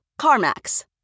CarMax